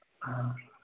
ആ